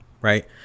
right